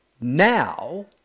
now